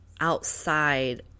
Outside